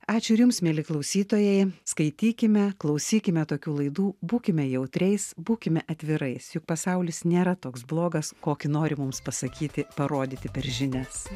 ačiū ir jums mieli klausytojai skaitykime klausykime tokių laidų būkime jautriais būkime atvirais juk pasaulis nėra toks blogas kokį nori mums pasakyti parodyti per žinias